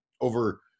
over